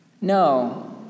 No